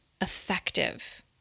effective